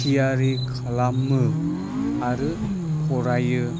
थियारि खालामो आरो फरायो